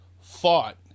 fought